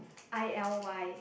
i_l_y